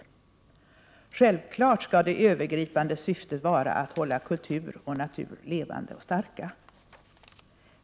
Självfallet skall det övergripande syftet vara att hålla natur och kultur levande och starka.